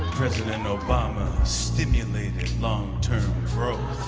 president obama stimulated long-term growth.